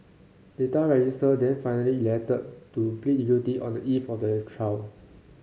Data Register then finally elected to plead guilty on the eve of the trial